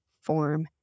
form